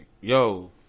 yo